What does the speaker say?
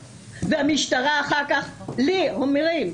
והמשטרה אחר כך לי אומרים,